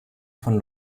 von